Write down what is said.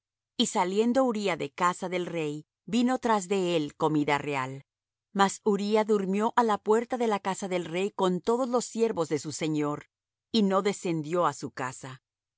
y saliendo uría de casa del rey vino tras de él comida real mas uría durmió á la puerta de la casa del rey con todos los siervos de su señor y no descendió á su casa